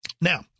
Now